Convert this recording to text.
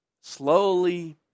slowly